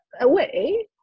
away